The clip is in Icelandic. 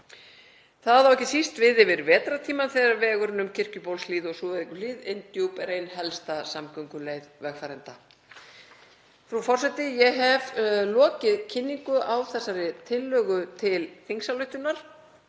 Það á ekki síst við yfir vetrartímann þegar vegurinn um Kirkjubólshlíð og Súðavíkurhlíð inn djúp er ein helsta samgönguleið vegfarenda. Frú forseti. Ég hef lokið kynningu á þessari tillögu til þingsályktunar